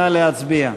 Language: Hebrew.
נא להצביע.